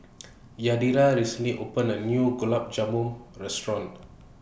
Yadira recently opened A New Gulab Jamun Restaurant